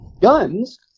guns